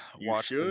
watch